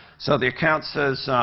so the account says